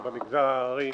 במגזר ההררי,